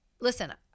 listen